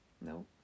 no